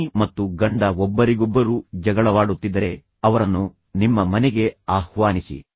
ಪತ್ನಿ ಮತ್ತು ಗಂಡ ಒಬ್ಬರಿಗೊಬ್ಬರು ಜಗಳವಾಡುತ್ತಿದ್ದರೆ ಅವರನ್ನು ನಿಮ್ಮ ಮನೆಗೆ ಆಹ್ವಾನಿಸಿ